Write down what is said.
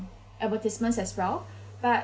advertisements as well but